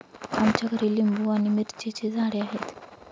आमच्या घरी लिंबू आणि मिरचीची झाडे आहेत